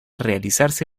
realizarse